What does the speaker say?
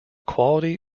quality